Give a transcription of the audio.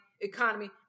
economy